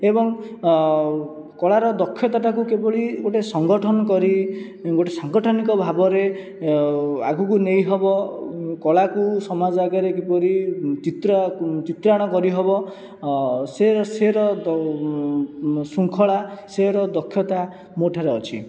ଏବଂ କଳାର ଦକ୍ଷତାଟାକୁ କିଭଳି ଗୋଟିଏ ସଙ୍ଗଠନ କରି ଗୋଟିଏ ସାଙ୍ଗଠନିକ ଭାବରେ ଆଗକୁ ନେଇ ହେବ କଳାକୁ ସମାଜ ଆଗରେ କିପରି ଚିତ୍ରଣ କରିହେବ ସେ ସେର ଶୃଙ୍ଖଳା ସେର ଦକ୍ଷତା ମୋ' ଠାରେ ଅଛି